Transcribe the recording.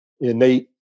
innate